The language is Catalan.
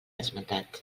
esmentat